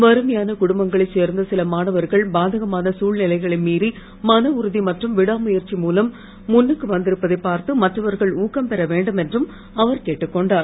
வறுமையான குடும்பங்களை சேர்ந்த சில மாணவர்கள் பாதகமான தழ்நிலைகளை மீறி மனஉறுதி மற்றும் விடாமுயற்சி மூலம் முன்னுக்கு வந்திருப்பதை பார்த்து மற்றவர்கள் ஊக்கம் பெற வேண்டும் என்றும் அவர் கேட்டுக்கொண்டார்